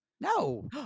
No